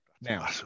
now